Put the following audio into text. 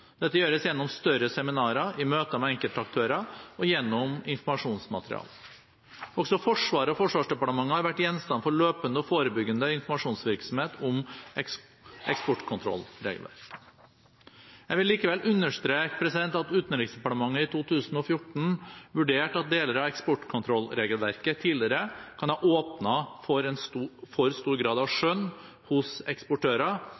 Dette gjøres gjennom større seminarer, i møter med enkeltaktører og gjennom informasjonsmateriale. Også Forsvaret og Forsvarsdepartementet har vært gjenstand for løpende og forebyggende informasjonsvirksomhet om eksportkontrollregelverket. Jeg vil likevel understreke at Utenriksdepartementet i 2014 vurderte at deler av eksportkontrollregelverket tidligere kan ha åpnet for en for stor grad av skjønn hos eksportører